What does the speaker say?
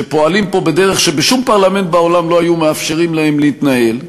שפועלים פה בדרך שבשום פרלמנט בעולם לא היו מאפשרים להם להתנהל: